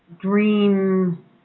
dream